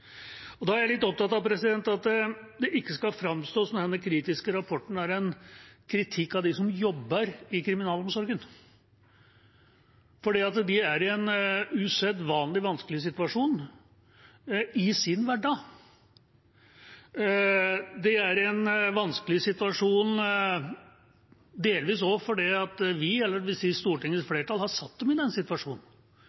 Jeg litt opptatt av at det ikke skal framstå som om denne kritiske rapporten er en kritikk av dem som jobber i kriminalomsorgen. For de er i en usedvanlig vanskelig situasjon i sin hverdag,